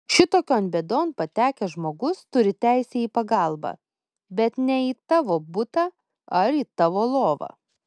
šitokion bėdon patekęs žmogus turi teisę į pagalbą bet ne į tavo butą ar į tavo lovą